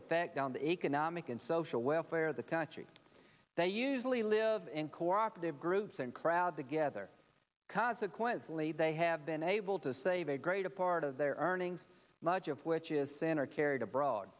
effect on the economic and social welfare of the country they usually live in cooperative groups and crowd together consequently they have been able to save a greater part of their earnings much of which is then are carried abroad